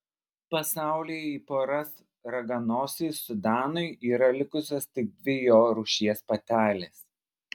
pasaulyje į poras raganosiui sudanui yra likusios tik dvi jo rūšies patelės